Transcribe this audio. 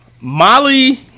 Molly